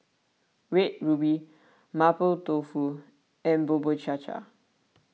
Red Ruby Mapo Tofu and Bubur Cha Cha